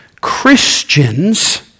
Christians